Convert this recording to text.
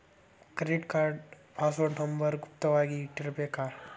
credit card password number ಗುಪ್ತ ವಾಗಿ ಇಟ್ಟಿರ್ಬೇಕ